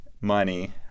money